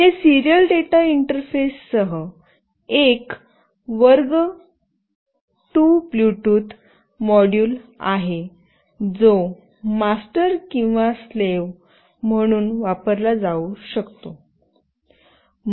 हे serial data इंटरफेससह एक वर्ग 2 ब्लूटूथ मॉड्यूल आहे जो मास्टर किंवा स्लाव्ह म्हणून वापरला जाऊ शकतो